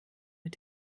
mit